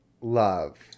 love